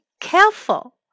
careful